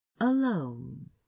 Alone